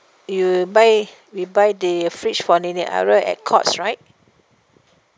you buy we buy the fridge for nenek ara at courts right